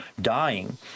dying